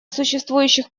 существующих